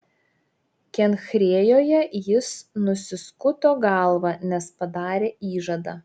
kenchrėjoje jis nusiskuto galvą nes padarė įžadą